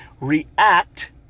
react